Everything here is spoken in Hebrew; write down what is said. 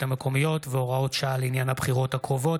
המקומיות והוראות שעה לעניין הבחירות הקרובות,